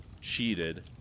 cheated